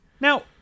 Now